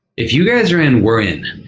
if you guys are in, we're in.